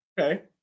Okay